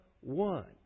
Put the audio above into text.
one